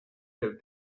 del